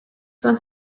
son